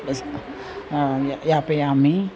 वस् या यापयामि